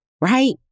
Right